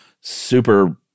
super